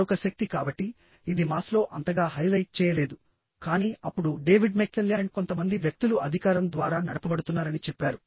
మరొక శక్తి కాబట్టి ఇది మాస్లో అంతగా హైలైట్ చేయలేదు కానీ అప్పుడు డేవిడ్ మెక్క్లెల్యాండ్ కొంతమంది వ్యక్తులు అధికారం ద్వారా నడపబడుతున్నారని చెప్పారు